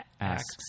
asks